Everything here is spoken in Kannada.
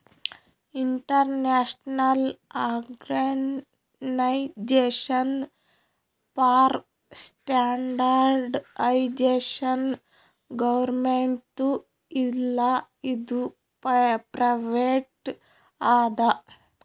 ಇಂಟರ್ನ್ಯಾಷನಲ್ ಆರ್ಗನೈಜೇಷನ್ ಫಾರ್ ಸ್ಟ್ಯಾಂಡರ್ಡ್ಐಜೇಷನ್ ಗೌರ್ಮೆಂಟ್ದು ಇಲ್ಲ ಇದು ಪ್ರೈವೇಟ್ ಅದಾ